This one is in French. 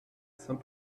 saint